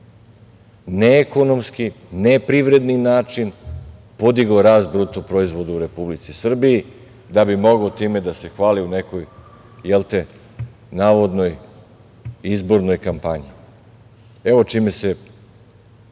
neekonomski, neprivredni način, podigao rast BDP u Republici Srbiji, da bi mogao time da se hvali u nekoj, jel, te, navodnoj izbornoj kampanji. Evo čime se